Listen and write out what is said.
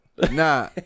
Nah